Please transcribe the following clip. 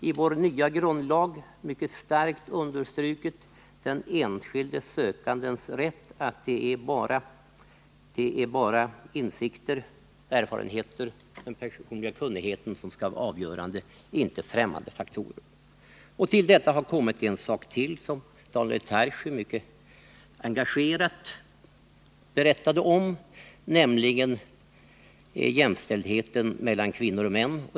I vår nya grundlag understryks mycket starkt att det är den enskilde sökandens insikter, erfarenheter och kunnande som skall vara avgörande vid tjänstetillsättningar, inte främmande faktorer. Till detta har kommit det som Daniel Tarschys mycket engagerat redogjorde för, nämligen aspekten jämställdhet mellan kvinnor och män.